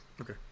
Okay